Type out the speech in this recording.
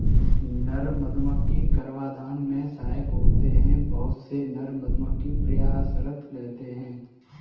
नर मधुमक्खी गर्भाधान में सहायक होते हैं बहुत से नर मधुमक्खी प्रयासरत रहते हैं